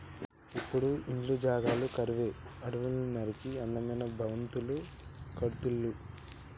ఇప్పుడు ఇండ్ల జాగలు కరువై అడవుల్ని నరికి అందమైన భవంతులు కడుతుళ్ళు